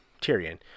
Tyrion